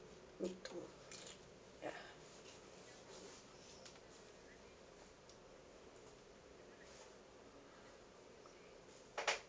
ya